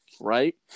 right